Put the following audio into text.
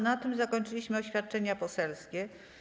Na tym zakończyliśmy oświadczenia poselskie.